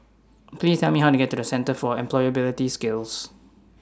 Please Tell Me How to get to The Centre For Employability Skills